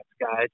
guys